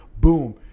boom